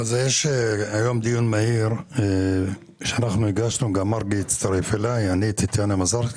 יש היום דיון מהיר שאנחנו הגשנו וגם מרגי הצטרף אלי לגבי